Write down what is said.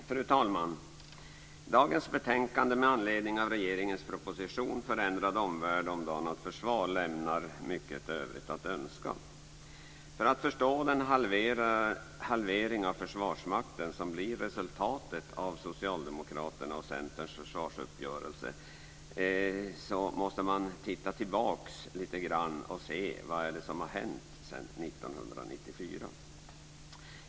Fru talman! Dagens betänkande med anledning av regeringens proposition Förändrad omvärld - omdanat försvar lämnar mycket övrigt att önska. För att förstå den halvering av Försvarsmakten som blir resultatet av Socialdemokraternas och Centerns försvarsuppgörelse måste man titta tillbaka lite grann och se vad som har hänt sedan 1994.